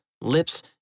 lips